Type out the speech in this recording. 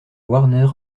warner